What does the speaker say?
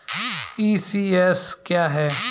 ECS क्या है?